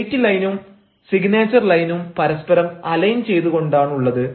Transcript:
date ലൈനും signature ലൈനും പരസ്പരം അലൈൻ ചെയ്തുകൊണ്ടാണുള്ളത്